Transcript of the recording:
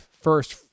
first